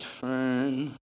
turn